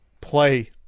play